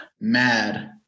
mad